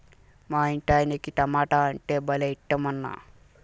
మా ఇంటాయనకి టమోటా అంటే భలే ఇట్టమన్నా